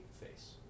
face